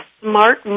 smart